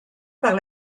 par